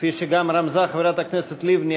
כפי שגם רמזה חברת הכנסת לבני,